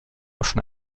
schon